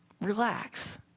Relax